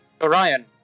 Orion